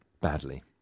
badly